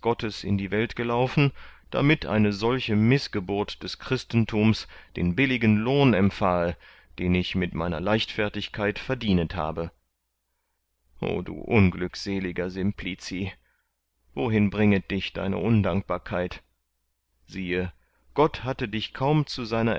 in die welt gelaufen damit eine solche mißgeburt des christentums den billigen lohn empfahe den ich mit meiner leichtfertigkeit verdienet habe o du unglückseliger